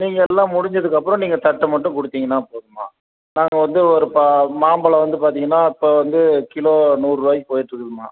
நீங்கள் எல்லாம் முடிஞ்சதுக்கப்புறம் நீங்கள் தட்டை மட்டும் கொடுத்திங்கன்னா போதும்மா நாங்கள் வந்து ஒரு பா மாம்பழம் வந்து பார்த்திங்கன்னா இப்போ வந்து கிலோ நூறுபாய்க்கு போயிகிட்ருக்குதும்மா